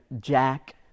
Jack